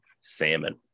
salmon